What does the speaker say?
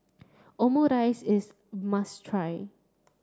Omurice is must try